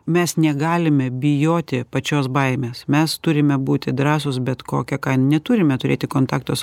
mes negalime bijoti pačios baimės mes turime būti drąsūs bet kokia ką neturime turėti kontaktus